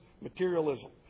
materialism